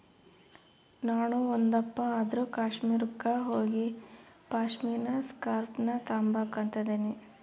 ನಾಣು ಒಂದಪ್ಪ ಆದ್ರೂ ಕಾಶ್ಮೀರುಕ್ಕ ಹೋಗಿಪಾಶ್ಮಿನಾ ಸ್ಕಾರ್ಪ್ನ ತಾಂಬಕು ಅಂತದನಿ